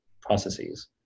processes